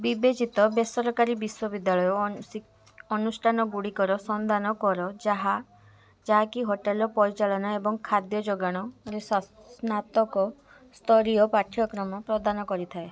ବିବେଚିତ ବେସରକାରୀ ବିଶ୍ୱବିଦ୍ୟାଳୟ ଅନ୍ ଅନୁଷ୍ଠାନଗୁଡ଼ିକର ସନ୍ଧାନ କର ଯାହା ଯାହାକି ହୋଟେଲ ପରିଚାଳନା ଏବଂ ଖାଦ୍ୟ ଯୋଗାଣରେ ସ୍ନାତକ ସ୍ତରୀୟ ପାଠ୍ୟକ୍ରମ ପ୍ରଦାନ କରିଥାଏ ଏବଂ